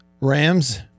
Rams